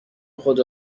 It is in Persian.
خود